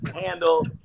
handle